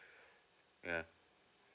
you know